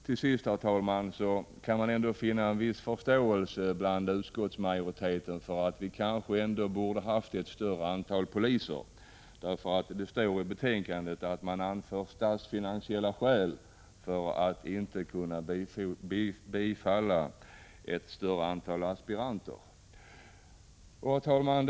Till sist, herr talman, kan man ändå finna en viss förståelse hos utskottsmajoriteten för att vi borde ha haft ett större antal poliser. Det står i betänkandet att det är av statsfinansiella skäl som man inte kunnat biträda förslag om ett större antal aspiranter. Herr talman!